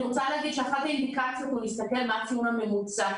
אני רוצה להגיד שאחת האינדיקציות היא להסתכל מה הציון הממוצע.